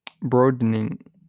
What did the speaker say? broadening